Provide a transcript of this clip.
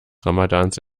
ramadans